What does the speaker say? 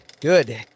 good